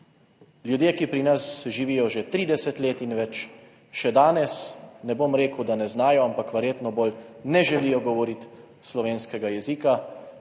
Ljudje, ki pri nas živijo že 30 let in več, še danes, ne bom rekel, da ne znajo, ampak verjetno bolj ne želijo govoriti slovenskega jezika,